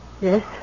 Yes